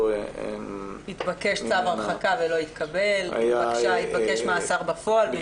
-- התבקש צו הרחקה ולא התקבל התבקש מאסר בפועל.